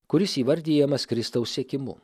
kuris įvardijamas kristaus siekimu